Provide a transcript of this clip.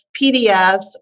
PDFs